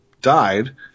died